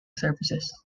services